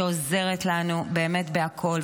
שעוזרת לנו באמת בכול,